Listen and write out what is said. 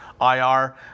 IR